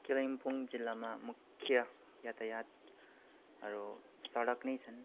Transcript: कालिम्पोङ जिल्लामा मुख्य यातायातहरू सडक नै छन्